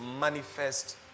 manifest